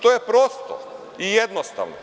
To je prosto i jednostavno.